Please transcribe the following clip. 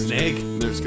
Snake